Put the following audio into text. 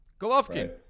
Golovkin